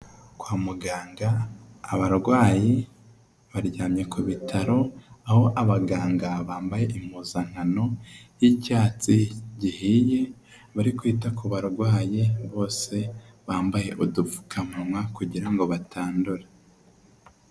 Kwa muganga abarwayi baryamye ku bitaro; aho abaganga bambaye impuzankano y'icyatsi gihiye; bari kwita ku barwayi; bose bambaye udupfukamunwa kugira batandura.